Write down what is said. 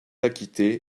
acquitté